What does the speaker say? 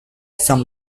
son